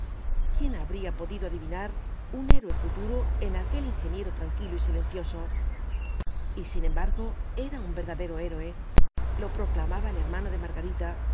quién habría podido adivinar un héroe futuro en aquel ingeniero tranquilo y silencioso y sin embargo era un verdadero héroe lo proclamaba el hermano de margarita